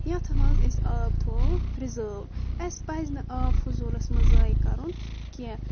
یتھ منٛز اسہِ آب تھاوو رِزٲرو اسہِ پزِ نہٕ آب فضوٗلس منٛز زایہِ کرُن کینٛہہ